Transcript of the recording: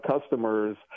customers